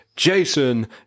Jason